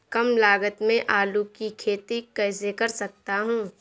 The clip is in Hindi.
कम लागत में आलू की खेती कैसे कर सकता हूँ?